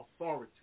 authority